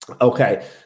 Okay